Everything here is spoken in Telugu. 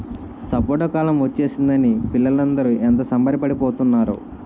సపోటా కాలం ఒచ్చేసిందని పిల్లలందరూ ఎంత సంబరపడి పోతున్నారో